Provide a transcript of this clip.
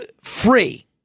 free